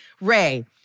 Ray